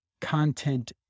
content